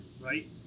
right